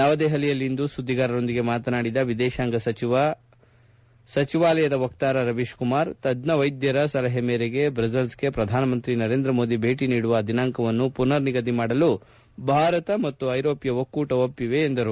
ನವದೆಪಲಿಯಲ್ಲಿಂದು ಸುದ್ದಿಗಾರರೊಂದಿಗೆ ಮಾತನಾಡಿದ ವಿದೇಶಾಂಗ ವ್ಕವಹಾರಗಳ ಸಚಿವಾಲಯದ ವಕ್ತಾರ ರವೀಶ್ಕುಮಾರ್ ತಜ್ಞ ವೈದ್ಯರ ಸಲಹೆ ಮೇರೆಗೆ ಬ್ರಸೆಲ್ಸ್ಗೆ ಪ್ರಧಾನಮಂತ್ರಿ ನರೇಂದ್ರ ಮೋದಿ ಭೇಟಿ ನೀಡುವ ದಿನಾಂಕವನ್ನು ಮನರ್ ನಿಗದಿ ಮಾಡಲು ಭಾರತ ಮತ್ತು ಐರೋಪ್ಯ ಒಕ್ಕೂಟ ಒಪ್ಪವೆ ಎಂದರು